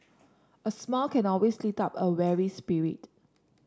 a smile can always lift up a weary spirit